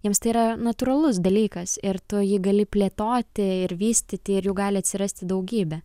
jiems tai yra natūralus dalykas ir tu jį gali plėtoti ir vystyti ir jų gali atsirasti daugybė